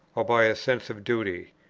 or by a sense of duty.